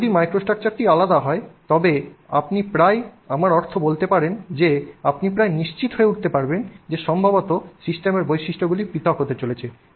যদি মাইক্রোস্ট্রাকচারটি আলাদা হয় তবে আপনি প্রায় আমার অর্থ বলতে পারেন যে আপনি প্রায় নিশ্চিত হয়ে উঠতে পারবেন যে সম্ভবত সিস্টেমের বৈশিষ্ট্যগুলি পৃথক হতে চলেছে